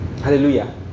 Hallelujah